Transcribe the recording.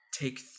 Take